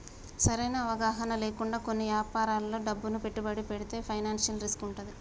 సరైన అవగాహన లేకుండా కొన్ని యాపారాల్లో డబ్బును పెట్టుబడితే ఫైనాన్షియల్ రిస్క్ వుంటది